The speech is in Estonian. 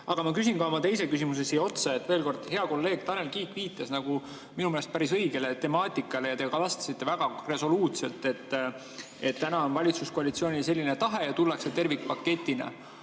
ma küsin oma teise küsimuse siia otsa. Veel kord: hea kolleeg Tanel Kiik viitas minu meelest päris õigele temaatikale ja te vastasite väga resoluutselt, et täna on valitsuskoalitsioonil selline tahe ja tullakse tervikpaketiga.